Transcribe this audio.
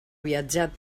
viatjat